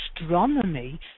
astronomy